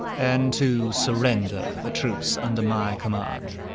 and to surrender the troops under my command,